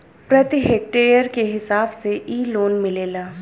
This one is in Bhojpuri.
प्रति हेक्टेयर के हिसाब से इ लोन मिलेला